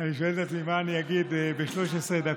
אני שואל את עצמי מה אני אגיד ב-13 דקות,